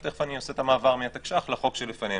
ותכף אעשה את המעבר מהתקש"ח לחוק שלפנינו.